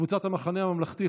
קבוצת סיעת המחנה הממלכתי,